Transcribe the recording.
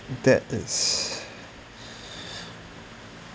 that is